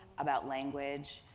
about language.